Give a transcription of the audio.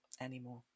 anymore